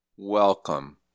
Welcome